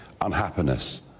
unhappiness